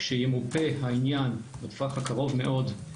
כשימופה העניין בטווח הקרוב מאוד,